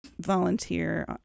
volunteer